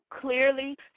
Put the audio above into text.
clearly